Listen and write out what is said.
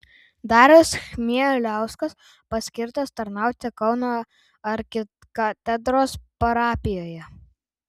darius chmieliauskas paskirtas tarnauti kauno arkikatedros parapijoje